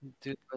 Dude